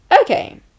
okay